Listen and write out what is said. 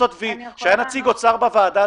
שיהיה דיון בוועדת